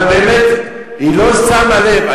אבל באמת, היא לא שמה לב.